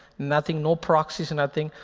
nothing, no proxies, nothing.